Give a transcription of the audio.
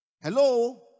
Hello